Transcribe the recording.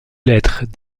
lettres